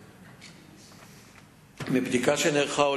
3. מה קרה עם הנערים שנעצרו?